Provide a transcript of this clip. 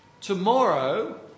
Tomorrow